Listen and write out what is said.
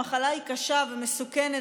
המחלה היא קשה ומסוכנת,